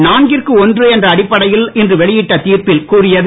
நான்கிற்கு ஒன்று என்ற அடிப்படையில் இன்று வெளியிட்ட தீர்ப்பில் கூறியது